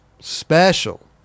special